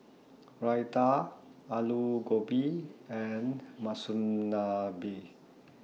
Raita Alu Gobi and Monsunabe